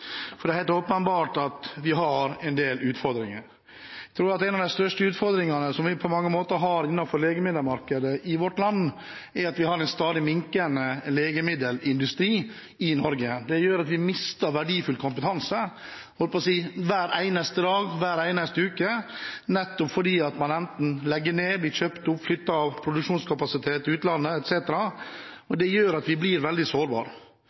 har en del utfordringer. Jeg tror at en av de største utfordringene vi på mange måter har innenfor legemiddelmarkedet i vårt land, er en stadig minkende legemiddelindustri i Norge. Det gjør at vi mister verdifull kompetanse – jeg holdt på å si – hver eneste dag, hver eneste uke nettopp fordi man enten legger ned, blir kjøpt opp, flytter produksjonskapasitet til utlandet, etc., og det gjør at vi blir veldig